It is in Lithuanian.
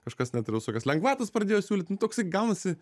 kažkas net ir visokias lengvatas pradėjo siūlyt nu toksai gaunasi